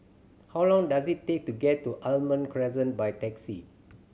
how long does it take to get to Almond Crescent by taxi